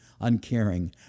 uncaring